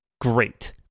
great